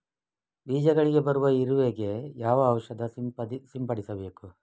ಬೀಜಗಳಿಗೆ ಬರುವ ಇರುವೆ ಗೆ ಯಾವ ಔಷಧ ಸಿಂಪಡಿಸಬೇಕು?